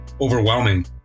overwhelming